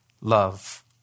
love